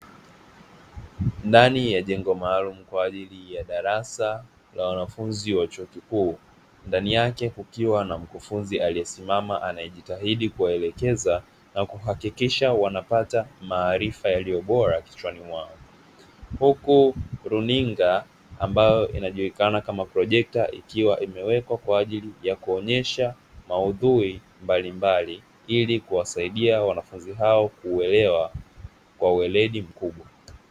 Ndani ya jengo maalumu kwa ajili ya darasa la wanafunzi wa chuo kikuu, ndani yake kukiwa na mkufunzi aliyesimama anayejitahidi kuwaelekeza na kuhakikisha wanapata maarifa yaliyo bora kichwani mwao. Huku runinga ambayo inayojulikana kama projekta imewekwa kwa ajili ya kuonyesha maudhui mbalimbali ili kuwasaidia wanafunzi hao kuelewa kwa weledi mkubwa.